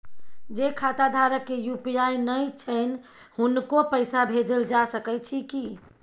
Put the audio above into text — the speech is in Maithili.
जे खाता धारक के यु.पी.आई नय छैन हुनको पैसा भेजल जा सकै छी कि?